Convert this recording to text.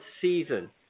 season